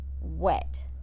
wet